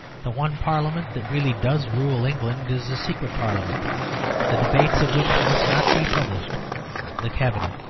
the one parliament that really does rule england is a secret parliament the debates of which must not be published the cabinet.